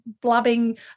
blabbing